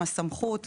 הסמכות,